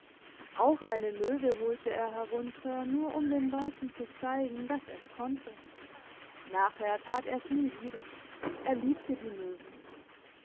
auch eine möwe holte er herunter nur um den leuten zu zeigen dass er's konnte nachher tat er's nie wieder er liebte die möwen